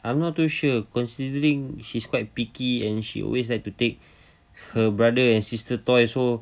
I'm not too sure considering she's quite picky and she always like to take her brother and sister toy so